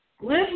Live